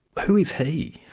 who is he?